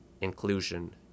inclusion